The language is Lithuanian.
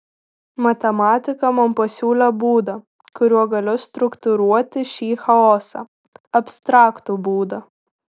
matematika man pasiūlė būdą kuriuo galiu struktūruoti šį chaosą abstraktų būdą